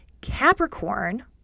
Capricorn